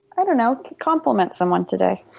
i don't know. compliment someone today.